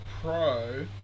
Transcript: Pro